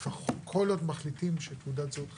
כל עוד מחליטים שנמשך הפרויקט של תעודת זהות חכמה,